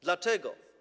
Dlaczego?